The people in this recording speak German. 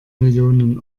millionen